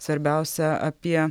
svarbiausia apie